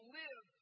live